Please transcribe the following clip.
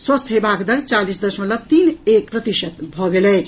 स्वस्थ हेबाक दर चालीस दशमलव तीन एक प्रतिशत भऽ गेल अछि